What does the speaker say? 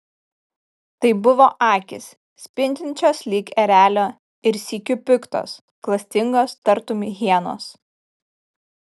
tai buvo akys spindinčios lyg erelio ir sykiu piktos klastingos tartum hienos